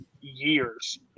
years